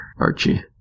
Archie